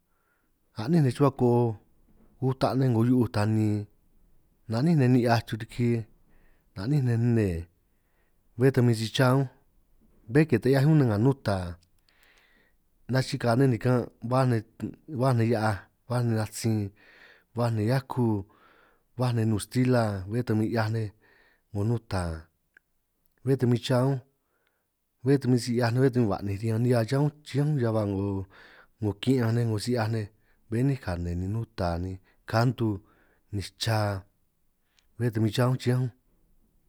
A'nínj nej chuhua ko'o uta' nej 'ngo hiu'uj tanin, na'nínj nej ni'hiaj riki a'nínj nej nnee bé ta huin si chá únj, bé ke ta 'hiaj únj nej nga nuta nachikaj nej nikanj' baj nej, baj nej hia'aj, baj nej natsin, baj nej hiakuj, baj nej nnun stila, bé ta min 'hiaj nej 'ngo nuta bé ta min chaj únj, bé ta min si 'hiaj nej bé ta min hua'ninj riñan nihia cha únj chiñánj únj, ñan ba 'ngo ki'ñanj nej 'ngo si 'hiaj nej, bé 'nín kane ni nuta, ni kantu ni cha, bé ta huin chá únj chiñánj únj.